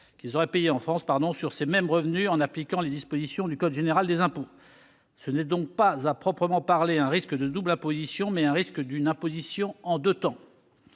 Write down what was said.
qu'ils auraient payé en France sur ces mêmes revenus en appliquant les dispositions du code général des impôts. Ce n'est donc pas à proprement parler un risque de double imposition, mais un risque d'une imposition en deux temps.